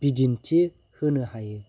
बिदिन्थि होनो हायो